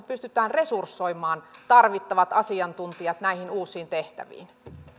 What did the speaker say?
pysytään resursoimaan tarvittavat asiantuntijat näihin uusiin tehtäviin